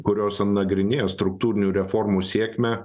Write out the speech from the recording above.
kurios nagrinėja struktūrinių reformų sėkmę